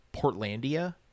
portlandia